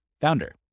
Founder